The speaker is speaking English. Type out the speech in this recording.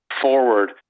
forward